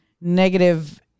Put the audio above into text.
negative